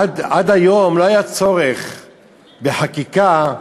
עד היום לא היה צורך בחקיקה,